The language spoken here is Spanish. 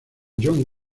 john